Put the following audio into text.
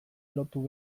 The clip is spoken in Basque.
lotu